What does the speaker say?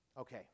Okay